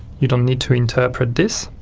you don't need to interpret this.